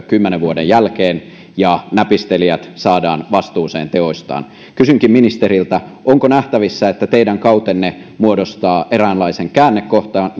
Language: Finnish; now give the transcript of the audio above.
kymmenen vuoden jälkeen ja näpistelijät saadaan vastuuseen teoistaan kysynkin ministeriltä onko nähtävissä että teidän kautenne muodostaa eräänlaisen käännekohdan